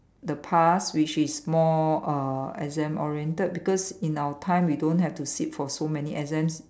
the past which is more uh exam oriented because in our time we don't have to sit for so many exams